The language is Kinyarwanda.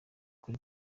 kuri